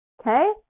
okay